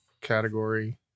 category